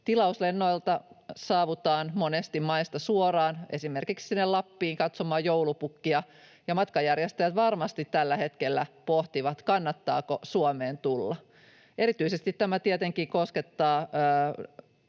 Tilauslennoilta saavutaan monesti maista suoraan esimerkiksi sinne Lappiin katsomaan joulupukkia, ja matkanjärjestäjät varmasti tällä hetkellä pohtivat, kannattaako Suomeen tulla. Erityisesti tämä tietenkin koskettaa